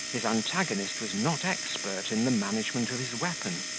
his antagonist was not expert in the management of his weapon,